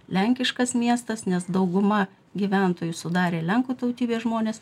lenkiškas miestas nes dauguma gyventojų sudarė lenkų tautybės žmonės